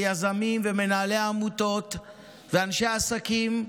ויזמים ומנהלי עמותות ואנשי העסקים,